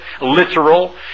literal